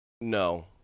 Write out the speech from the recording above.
no